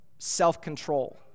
self-control